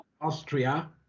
Austria